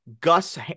Gus